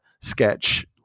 sketch